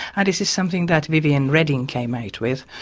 and this is something that viviane reding came out with,